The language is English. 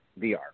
VR